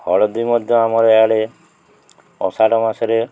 ହଳଦୀ ମଧ୍ୟ ଆମର ଇଆଡ଼େ ଆଷାଢ଼ ମାସରେ